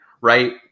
right